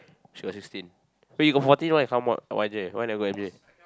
she got sixteen wait you got fourteen right If I not wrong why never go N_U_S